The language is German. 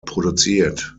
produziert